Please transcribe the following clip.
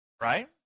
right